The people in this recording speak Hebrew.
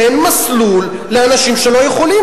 תן מסלול לאנשים שלא יכולים,